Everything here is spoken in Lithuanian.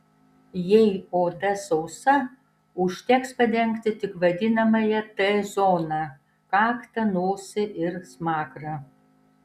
jei oda sausa užteks padengti tik vadinamąją t zoną kaktą nosį ir smakrą